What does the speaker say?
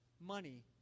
money